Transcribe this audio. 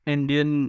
Indian